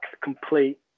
complete